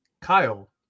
Kyle